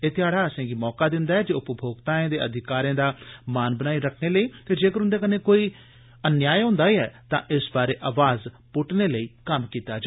एह् ध्याड़ा असेंगी मौका दिंदा ऐ जे उपमोक्ताएं दे अधिकारें दा मान बनाई रखने लेई ते जेकर उन्दे कन्नै कोई अन्याय हुंदा ऐ तां इस बारै अवाज पुट्टने लेई कम्म कीता जा